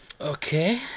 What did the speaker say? Okay